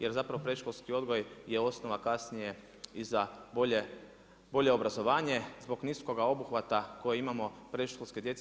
Jer zapravo predškolski odgoj je osnova kasnije i za bolje, bolje obrazovanje zbog niskoga obuhvata koji imamo predškolske djece.